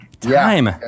Time